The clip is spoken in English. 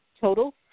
Total